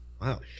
wow